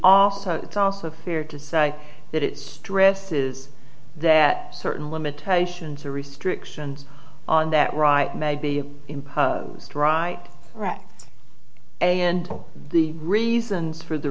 also it's also fair to say that it stresses that certain limitations are restrictions on that right may be imposed right right and the reasons for the